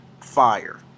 fire